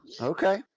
okay